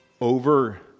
over